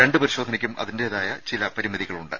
രണ്ട് പരിശോധനയ്ക്കും അതിന്റേതായ ചില പരിമിതികളുണ്ട്